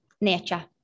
nature